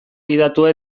gidatua